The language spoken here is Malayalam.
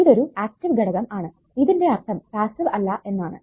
ഇതൊരു ആക്റ്റീവ് ഘടകം ആണ് ഇതിന്റെ അർത്ഥം പാസ്സീവ് അല്ല എന്നാണു